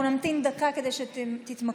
אנחנו נמתין דקה כדי שתתמקמו.